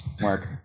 Mark